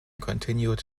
continued